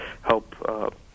help